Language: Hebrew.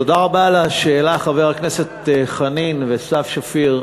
תודה רבה על השאלה, חברי הכנסת חנין וסתיו שפיר.